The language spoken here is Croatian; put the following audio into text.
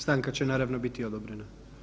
Stanka će naravno biti odobrena.